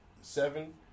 seven